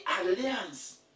alliance